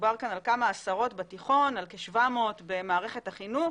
מדובר על כמה עשרות בתיכון על כשבעה מאות במערכת החינוך